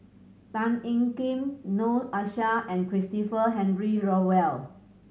Tan Ean Kiam Noor Aishah and Christopher Henry Rothwell